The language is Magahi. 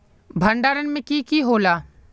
भण्डारण में की की होला?